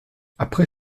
après